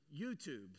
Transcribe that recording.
YouTube